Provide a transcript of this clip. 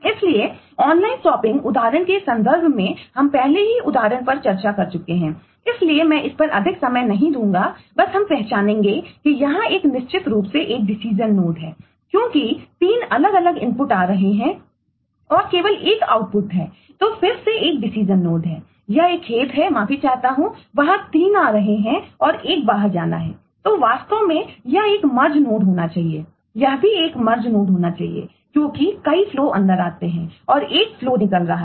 इसलिए online shopping निकल रहा है